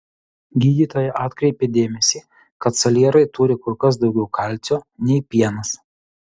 gydytoja atkreipė dėmesį kad salierai turi kur kas daugiau kalcio nei pienas